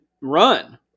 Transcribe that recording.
run